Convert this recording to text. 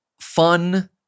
fun